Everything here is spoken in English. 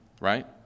right